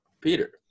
Peter